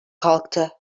kalktı